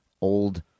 old